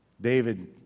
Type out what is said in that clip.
David